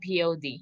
POD